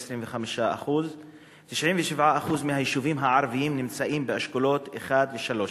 25%. 97% מהיישובים הערביים נמצאים באשכולות 1 3,